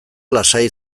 lasai